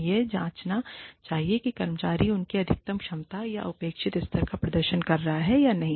उन्हें यह जांचना चाहिए कि कर्मचारी अपनी अधिकतम क्षमता या अपेक्षित स्तर पर प्रदर्शन कर रहा है या नहीं